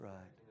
right